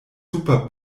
super